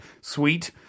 sweet